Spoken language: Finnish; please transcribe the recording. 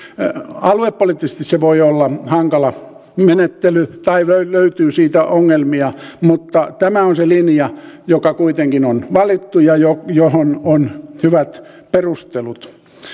aluepoliittisesti se voi olla hankala menettely tai siitä löytyy ongelmia mutta tämä on se linja joka kuitenkin on valittu ja johon on hyvät perustelut